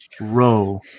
row